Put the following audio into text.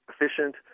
efficient